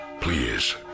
Please